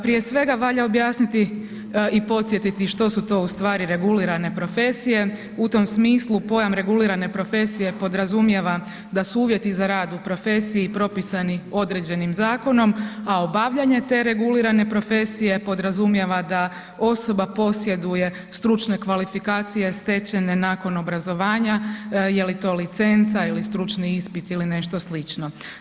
Prije svega valja objasniti i podsjetiti što su u stvari to regulirane profesije, u tom smislu pojam regulirane profesije podrazumijeva da su uvjeti za rad u profesiji propisani određenim zakonom, a obavljanje te regulirane profesije podrazumijeva da osoba posjeduje stručne kvalifikacije stečene nakon obrazovanja, je li to licenca ili stručni ispit ili nešto slično.